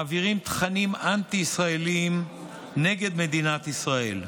מעבירים תכנים אנטי-ישראליים נגד מדינת ישראל.